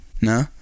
No